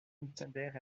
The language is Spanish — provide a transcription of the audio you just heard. encender